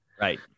Right